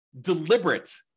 deliberate